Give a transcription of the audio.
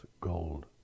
gold